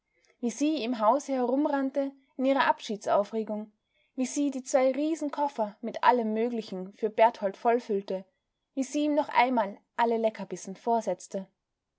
wie sie im hause herumrannte in ihrer abschiedsaufregung wie sie die zwei riesenkoffer mit allem möglichen für berthold vollfüllte wie sie ihm noch einmal alle leckerbissen vorsetzte